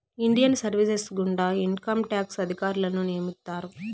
Indian service గుండా income tax అధికారులను నియమిత్తారు